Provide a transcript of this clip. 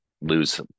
lose